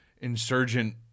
insurgent